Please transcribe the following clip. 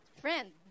friend